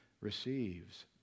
receives